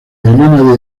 elena